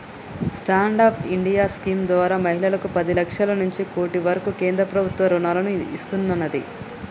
stand up India scheme ద్వారా మహిళలకు పది లక్షల నుంచి కోటి వరకు కేంద్ర ప్రభుత్వం రుణాలను ఇస్తున్నాది